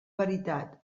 veritat